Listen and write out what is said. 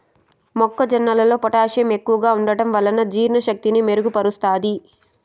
మొక్క జొన్నలో పొటాషియం ఎక్కువగా ఉంటడం వలన జీర్ణ శక్తిని మెరుగు పరుస్తాది